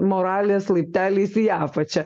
moralės laipteliais į apačią